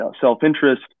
self-interest